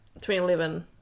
2011